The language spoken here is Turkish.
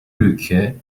ülke